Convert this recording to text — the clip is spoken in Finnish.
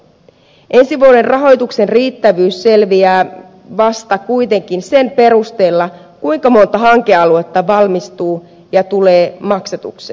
ensi vuoden rahoituksen riittävyys selviää vasta kuitenkin sen perusteella kuinka monta hankealuetta valmistuu ja tulee maksatukseen